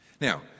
Now